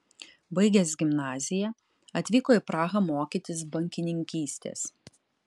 baigęs gimnaziją atvyko į prahą mokytis bankininkystės